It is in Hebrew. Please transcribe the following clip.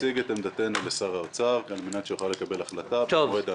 נציג את עמדתנו לשר האוצר על מנת שיוכל לקבל החלטה במועד האמור.